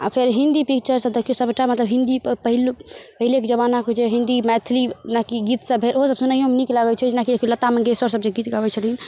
आओर फेर हिन्दी पिक्चर सब देखियौ सबटा मतलब हिन्दी पहिलुक पहिलेके जमानाके जे हिन्दी मैथिली जेना कि गीत सब भेल ओहोसब सुनैयोमे नीक लागै छै जेनाकी लता मंगेशकर सब जे गीत गाबै छथिन